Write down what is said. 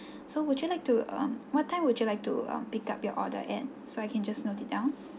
so would you like to um what time would you like to um pick up your order at so I can just note it down